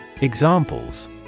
Examples